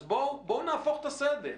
אז בואו נהפוך את הסדר.